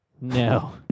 No